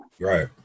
Right